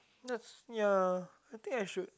that's ya I think I should